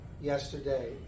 yesterday